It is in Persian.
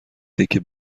تکه